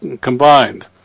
combined